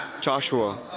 Joshua